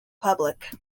public